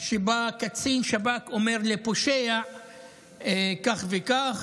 שבה קצין שב"כ אומר לפושע כך וכך,